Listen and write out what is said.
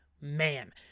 man